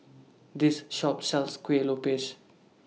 This Shop sells Kueh Lopes